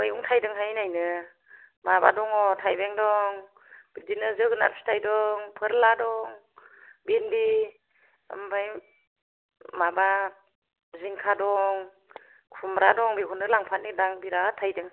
मैगं थाइदोंहाय एनायनो माबा दङ' थाइबें दं बिदिनो जोगोनार फिथाइ दं फोरला दं भिन्दि ओमफ्राय माबा जिंखा दं खुमब्रा दं बेखौनो लांफानो नागिरदां बिराथ थाइदों